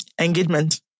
engagement